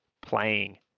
playing